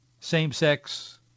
same-sex